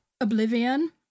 Oblivion